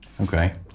Okay